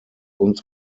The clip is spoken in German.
uns